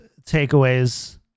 takeaways